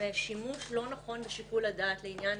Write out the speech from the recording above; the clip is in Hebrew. משימוש לא נכון בשיקול הדעת בעניין